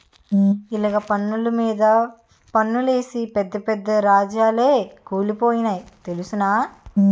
ఇలగ పన్నులు మీద పన్నులేసి పెద్ద పెద్ద రాజాలే కూలిపోనాయి తెలుసునా